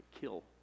kill